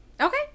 Okay